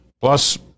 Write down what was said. Plus